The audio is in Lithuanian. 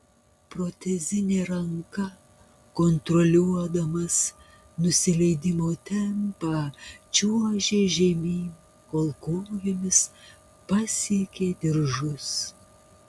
protezine ranka kontroliuodamas nusileidimo tempą čiuožė žemyn kol kojomis pasiekė diržus